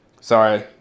sorry